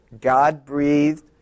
God-breathed